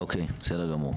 אוקי, בסדר גמור.